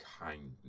kindness